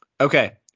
okay